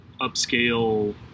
upscale